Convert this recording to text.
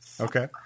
Okay